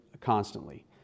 constantly